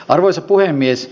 arvoisa puhemies